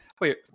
wait